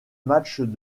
matches